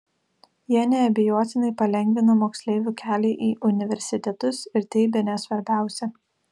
jie neabejotinai palengvina moksleivių kelią į universitetus ir tai bene svarbiausia